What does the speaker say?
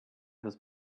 his